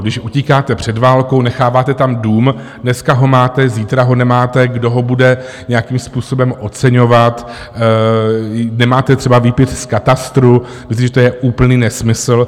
Když utíkáte před válkou, necháváte tam dům, dneska ho máte, zítra ho nemáte, kdo ho bude nějakým způsobem oceňovat, nemáte třeba výpis z katastru, myslím, že to je úplný nesmysl.